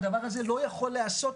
והדבר הזה לא יכול להיעשות,